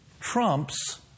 trumps